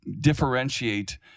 differentiate